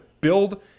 build